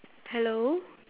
hello